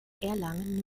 erlangen